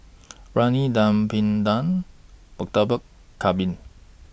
Briyani Dum Png Murtabak Kambing